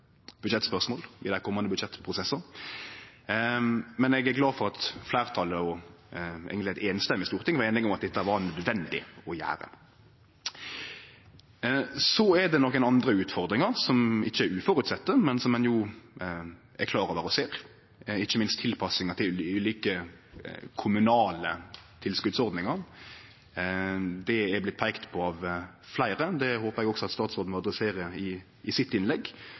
budsjettspørsmål i dei komande budsjettprosessane. Men eg er glad for at eit samrøystes storting var samde om at dette var nødvendig å gjere. Så er det nokre andre utfordringar som ikkje er uventa, men som ein jo er klar over og ser, ikkje minst tilpassingar til dei ulike kommunale tilskotsordningane. Det er vorte peikt på av fleire. Det håpar eg også at statsråden adresserer i sitt innlegg,